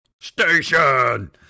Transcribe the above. Station